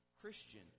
Christian